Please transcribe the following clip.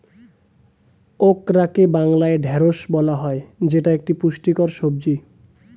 ওকরাকে বাংলায় ঢ্যাঁড়স বলা হয় যেটা একটি পুষ্টিকর সবজি